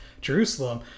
jerusalem